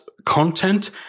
Content